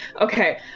Okay